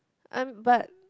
I'm but